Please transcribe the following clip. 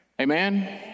Amen